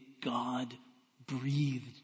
God-breathed